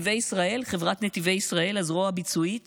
חברת נתיבי ישראל, הזרוע הביצועית